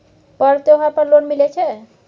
पर्व त्योहार पर लोन मिले छै?